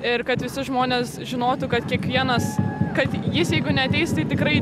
ir kad visi žmonės žinotų kad kiekvienas kad jis jeigu neateis tai tikrai